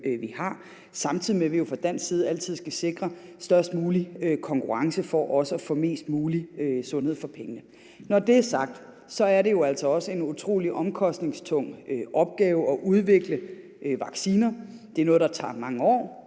samtidig med at vi fra dansk side altid skal sikre den størst mulige konkurrence for også at få mest mulig sundhed for pengene. Når det er sagt, er det jo altså også en utrolig omkostningstung opgave at udvikle vacciner. Det er noget, der ofte tager mange år,